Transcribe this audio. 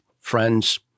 friends